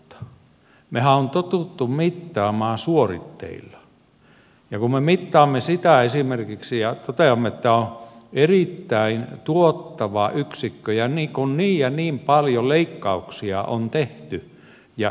mehän olemme tottuneet mittaamaan suoritteilla ja me esimerkiksi mittaamme ja toteamme että tämä on erittäin tuottava yksikkö ja niin ja niin paljon leikkauksia on tehty ja edullisesti